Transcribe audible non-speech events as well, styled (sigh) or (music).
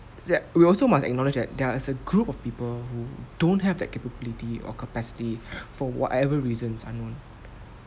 so that we also must acknowledge that there are as a group of people who don't have that capability or capacity (breath) for whatever reasons unknown